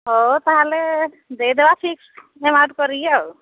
ହ ତାହାଲେ ଦେଇ ଦେବା ଫିକ୍ସ କରିକି ଆଉ